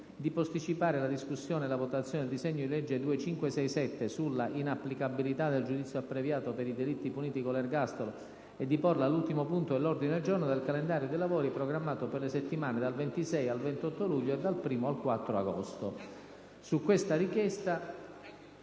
di posticipare la discussione e la votazione del disegno di legge n. 2567 sull'inapplicabilità del giudizio abbreviato per i delitti puniti con l'ergastolo e di porla all'ultimo punto dell'ordine del giorno del calendario dei lavori programmato per le settimane dal 26 al 28 luglio e dal 1° al 4 agosto».